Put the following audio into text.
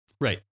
Right